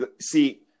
See